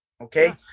okay